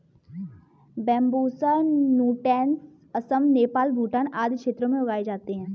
Bambusa नूटैंस असम, नेपाल, भूटान आदि क्षेत्रों में उगाए जाते है